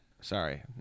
sorry